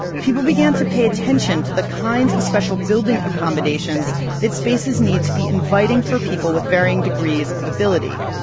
people began to pay attention to the kinds of special building accommodations that spaces need, to be inviting for people with varying degrees of ability.